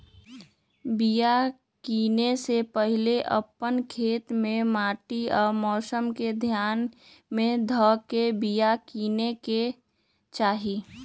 बिया किनेए से पहिले अप्पन खेत के माटि आ मौसम के ध्यान में ध के बिया किनेकेँ चाही